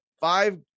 five